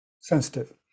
sensitive